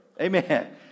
Amen